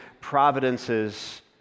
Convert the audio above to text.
providences